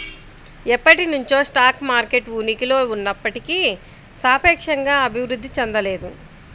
ఎప్పటినుంచో stock market ఉనికిలో ఉన్నప్పటికీ సాపేక్షంగా అభివృద్ధి చెందలేదు